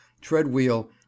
tread-wheel